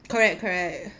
correct correct